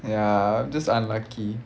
ya just unlucky